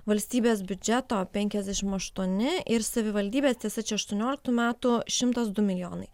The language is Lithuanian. valstybės biudžeto penkiasdešimt aštuoni ir savivaldybės tiesa čia aštuonioliktų metų šimtas du milijonai